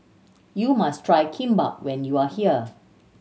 you must try Kimbap when you are here